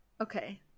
okay